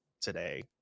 today